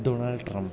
donald trump